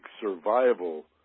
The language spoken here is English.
survival